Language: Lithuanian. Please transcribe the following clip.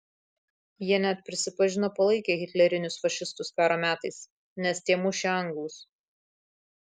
jie net prisipažino palaikę hitlerinius fašistus karo metais nes tie mušę anglus